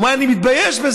הוא אמר לי: אני מתבייש בזה,